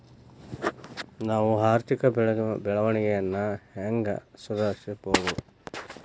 ನಾವು ಆರ್ಥಿಕ ಬೆಳವಣಿಗೆಯನ್ನ ಹೆಂಗ್ ಸುಧಾರಿಸ್ಬಹುದ್?